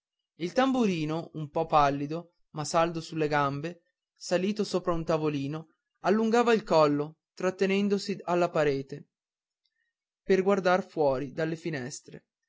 il tamburino un po pallido ma saldo sulle gambe salito sopra un tavolino allungava il collo trattenendosi alla parete per guardar fuori dalle finestre